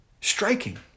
striking